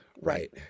Right